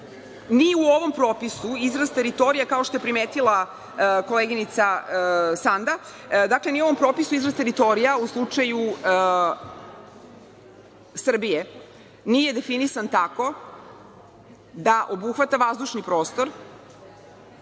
u ovom propisu izraz teritorija kao što je primetila koleginica Sanda, dakle, mi u ovom propisu izraz teritorija u slučaju Srbije nije definisan tako da obuhvata vazdušni prostor